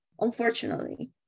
unfortunately